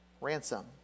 ransom